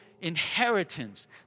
inheritance